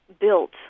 Built